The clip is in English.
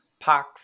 Pac